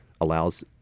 allows